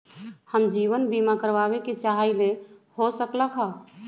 हम जीवन बीमा कारवाबे के चाहईले, हो सकलक ह?